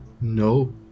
No